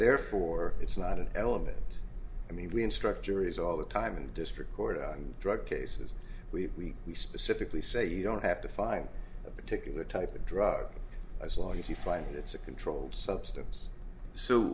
therefore it's not an element i mean we instruct juries all the time in the district court on drug cases we specifically say you don't have to find a particular type of drug as long as you find it's a controlled substance so